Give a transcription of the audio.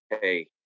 hey